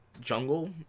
jungle